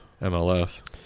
MLF